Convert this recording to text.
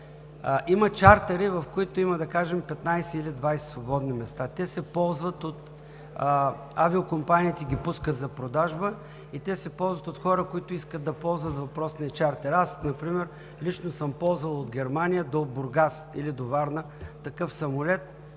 Има чартъри, в които има, да кажем, 15 или 20 свободни места. Авиокомпаниите ги пускат за продажба и те се ползват от хора, които искат да ползват въпросния чартър. Аз например лично съм ползвал от Германия до Бургас или до Варна такъв самолет